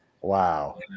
Wow